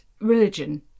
religion